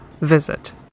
visit